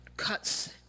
cuts